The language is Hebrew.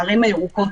בערים הירוקות.